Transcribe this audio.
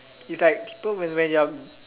is like people when when you are